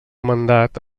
mandat